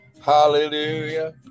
Hallelujah